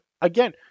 again